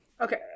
okay